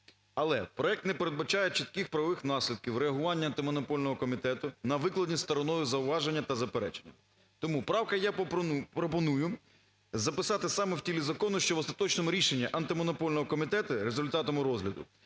Але проект не передбачає чітких правових наслідків реагування Антимонопольного комітету на викладені стороною зауваження та заперечення. Тому правка є… я пропоную записати саме в тілі закону, що в остаточному рішенні Антимонопольного комітету, результатом розгляду,